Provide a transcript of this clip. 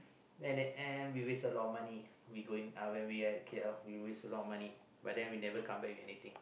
and at the end we waste a lot of money we go in uh when we at K_L we waste a lot of money but then we never come back with anything